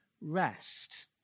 rest